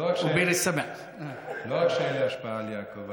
לא רק שאין לי השפעה על יעקב,